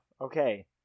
Okay